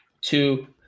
Two